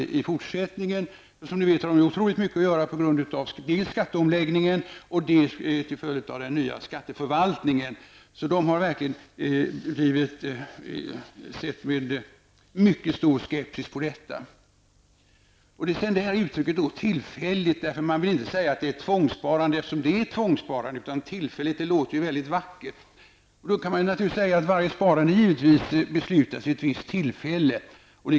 Som ni vet har man på skattemyndigheterna otroligt mycket att göra dels på grund av skatteomläggningen, dels till följd av den nya skatteförvaltningen. Man har alltså där verkligen sett med mycket stor skepsis på detta. Man använder alltså uttrycket ''tillfälligt'' sparande därför att man inte vill säga att det är ett tvångssparande, men det är fråga om ett tvångssparande. Att säga att det är ett tillfälligt sparande låter ju väldigt vackert. Man kan givetvis säga att varje sparande beslutas vid ett visst tillfälle.